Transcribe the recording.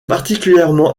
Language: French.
particulièrement